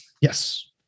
Yes